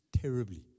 terribly